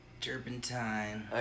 turpentine